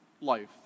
life